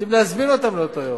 צריך להזמין אותם לאותו יום.